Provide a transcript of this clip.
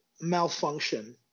malfunction